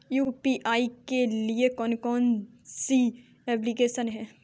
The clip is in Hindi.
यू.पी.आई के लिए कौन कौन सी एप्लिकेशन हैं?